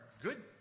good